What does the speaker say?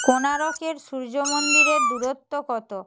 কোনারকের সূর্য মন্দিরের দূরত্ব কত